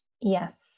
Yes